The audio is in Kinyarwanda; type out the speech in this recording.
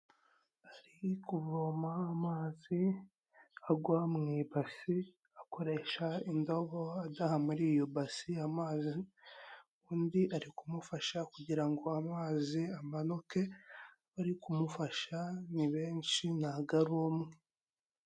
Ari kuvoma amazi agwa mu ibasi akoresha indobo adaha muri iyo basi amazi, undi ari kumufasha kugira ngo amazi amanuke, bari kumufasha ni benshi ntago ari umwe.